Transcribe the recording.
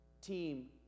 team